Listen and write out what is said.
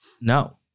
No